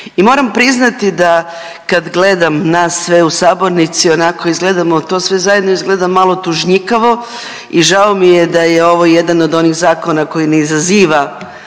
I moram priznati da kad gledam nas sve u sabornici onako izgledamo to sve zajedno izgleda nekako tužnjikavo i žao mi je da je ovo jedan od onih zakona koji ne izaziva